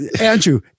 Andrew